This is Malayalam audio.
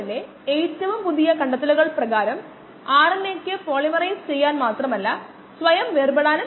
dxvdt kdxv നിങ്ങൾക്കെല്ലാവർക്കും പരിചിതമായ ആദ്യ ഓർഡർ ഡിഫറൻഷ്യൽ സമവാക്യമാണിത്